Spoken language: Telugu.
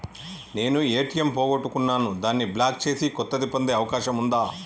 నేను ఏ.టి.ఎం పోగొట్టుకున్నాను దాన్ని బ్లాక్ చేసి కొత్తది పొందే అవకాశం ఉందా?